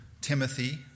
Timothy